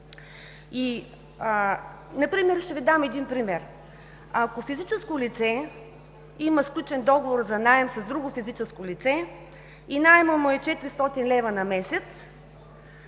в брой. Ще Ви дам един пример. Ако физическо лице има сключен договор за наем с друго физическо лице и наемът му е 400 лв. на месец,